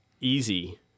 easy